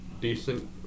decent